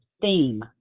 theme